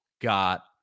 got